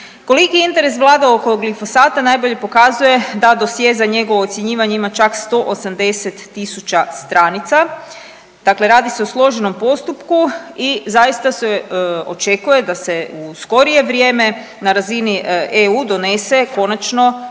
Koliki je interes vlada oko glifosata najbolje pokazuje da do … njegovo ocjenjivanje ima čak 180.000 stranica, dakle radi se o složenom postupku i zaista se očekuje da se u skorije vrijeme na razini EU donese konačno